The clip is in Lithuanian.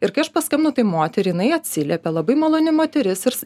ir kai aš paskambinau tai moteriai jinai atsiliepia labai maloni moteris ir